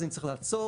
אז אני צריך לעצור,